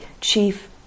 chief